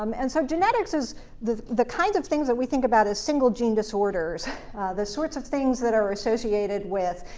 um and so genetics is the the kinds of things we think about as single gene disorders the sorts of things that are associated with,